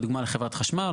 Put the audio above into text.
לדוגמה לחברת חשמל,